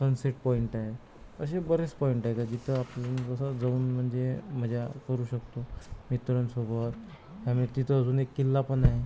सन set point आहे असे बरेच पॉईंट आहे का जिथं आपण जसं जाऊन म्हणजे मजा करू शकतो मित्रांसोबत आणि तिथं अजून एक किल्ला पण आहे